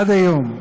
עד היום,